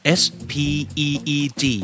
speed